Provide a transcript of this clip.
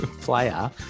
player